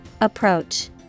Approach